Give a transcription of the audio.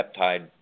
peptide